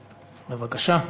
בבקשה.